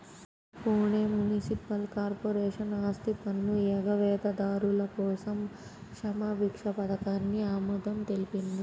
Pune municipal corporation ఆస్తిపన్ను ఎగవేతదారుల కోసం క్షమాభిక్ష పథకానికి ఆమోదం తెలిపింది